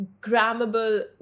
grammable